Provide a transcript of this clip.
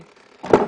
כן.